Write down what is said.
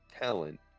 talent